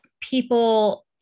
people